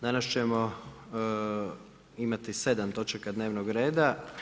Danas ćemo imati 7 točaka dnevnog reda.